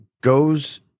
goes